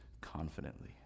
confidently